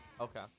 Okay